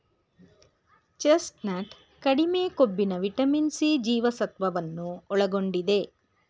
chestnut ಕಡಿಮೆ ಕೊಬ್ಬಿನ vitamin C ಜೀವಸತ್ವವನ್ನು ಒಳಗೊಂಡಿದೆ